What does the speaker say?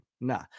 nah